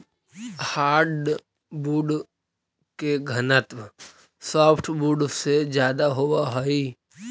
hardwood के घनत्व softwood से ज्यादा होवऽ हइ